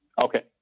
okay